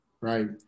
right